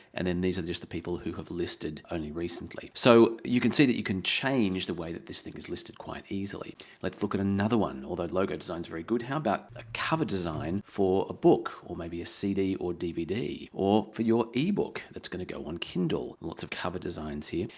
and then these are just the people who have listed only recently. so, you can see that you can change the way that this thing is listed quite easily. let's look at another one, although logo design is very good. how about a cover design for a book or maybe a cd or dvd or for your ebook that's gonna go on kindle? lots of cover designs here.